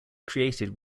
created